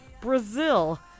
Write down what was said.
Brazil